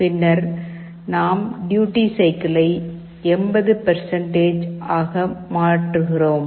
பின்னர் நாம் டியூட்டி சைக்கிள்ளை 80 ஆக மாற்றுகிறோம்